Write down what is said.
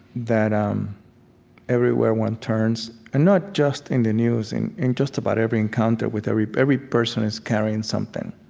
that um everywhere everywhere one turns and not just in the news, in in just about every encounter with every every person is carrying something.